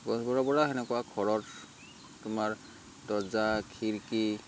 গছবোৰৰপৰা সেনেকুৱা ঘৰত তোমাৰ দৰ্জা খিৰিকী